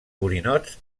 borinots